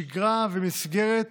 שגרה ומסגרת